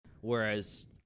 Whereas